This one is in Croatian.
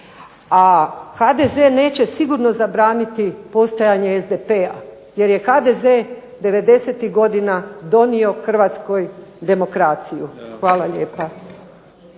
A HDZ neće sigurno zabraniti postojanje SDP-a jer je HDZ '90.-tih godina donio Hrvatskoj demokraciju. Hvala lijepa.